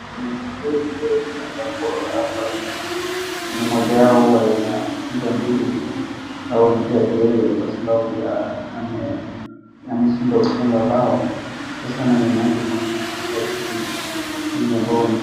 Kuna wachezaji wawili ambapo hapa ina kuna moja yao huwa inapiga nduru au inapiga kelele kwa sababu ya ameshindwa kufunga mbao, sasa na nyuma yake kuna mashabiki wengi ambao wanashangilia.